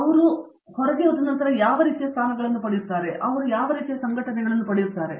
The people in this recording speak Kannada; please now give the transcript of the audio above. ಅವರು ಯಾವ ರೀತಿಯ ಸ್ಥಾನಗಳನ್ನು ಪಡೆಯುತ್ತಾರೆ ಮತ್ತು ಅವರು ಯಾವ ರೀತಿಯ ಸಂಘಟನೆಗಳನ್ನು ಪಡೆಯುತ್ತಾರೆ